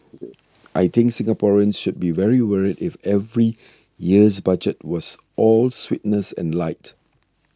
I think Singaporeans should be very worried if every year's Budget was all sweetness and light